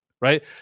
right